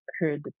heard